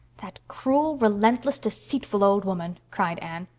that cruel, relentless, deceitful old woman! cried anne.